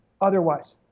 otherwise